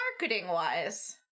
marketing-wise